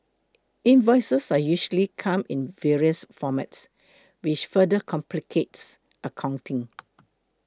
invoices are usually come in various formats which further complicates accounting